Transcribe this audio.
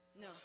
No